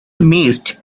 missed